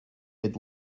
had